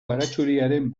baratxuriaren